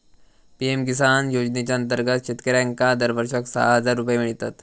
PM Kisan योजनेच्या अंतर्गत शेतकऱ्यांका दरवर्षाक सहा हजार रुपये मिळतत